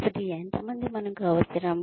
కాబట్టి ఎంత మంది మనకు అవసరం